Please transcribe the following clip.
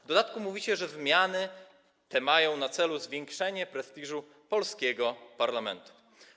W dodatku mówicie, że zmiany te mają na celu zwiększenie prestiżu polskiego parlamentu.